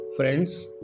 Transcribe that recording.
Friends